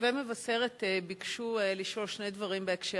תושבי מבשרת ביקשו לשאול שני דברים בהקשר